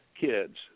kids